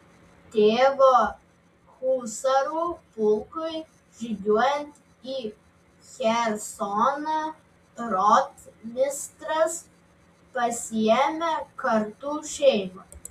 tėvo husarų pulkui žygiuojant į chersoną rotmistras pasiėmė kartu šeimą